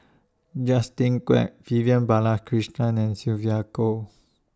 Justin Quek Vivian Balakrishnan and Sylvia Kho